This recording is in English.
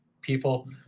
people